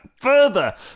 further